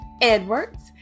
Edwards